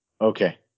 Okay